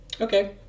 Okay